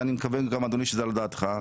ואני מקווה אדוני שזה על דעתך,